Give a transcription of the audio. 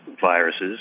viruses